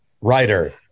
writer